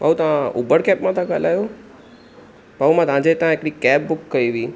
भाऊ तव्हां Uber cab मां था ॻाल्हायो भाऊ मां तव्हांजे तां हिकड़ी कैब बुक कई हुई